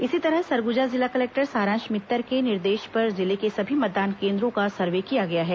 इसी तरह सरगुजा जिला कलेक्टर सारांश मित्तर के निर्देश पर जिले के सभी मतदान केंद्रों का सर्वे किया गया है